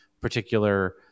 particular